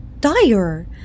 dire